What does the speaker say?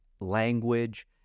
language